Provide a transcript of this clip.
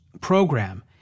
program